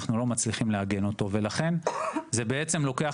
אנחנו לא מצליחים לעגן אותו ולכן זה בעצם לוקח